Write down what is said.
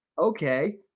Okay